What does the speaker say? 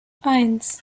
eins